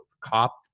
cop